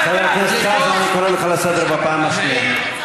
חבר הכנסת חזן, אני קורא אותך לסדר בפעם השנייה.